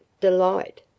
delight